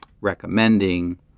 recommending